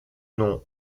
nom